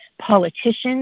politicians